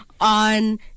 on